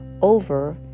over